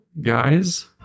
guys